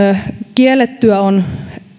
kiellettyjä